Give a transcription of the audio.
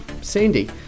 Sandy